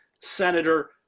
Senator